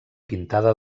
pintada